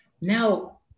Now